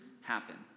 happen